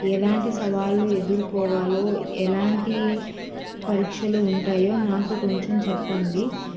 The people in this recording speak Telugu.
ఎలాంటి సవాళ్లు ఎదుర్కోవాలో ఎలాంటి పరీక్షలు ఉంటాయో నాకు కొంచెం చెప్పండి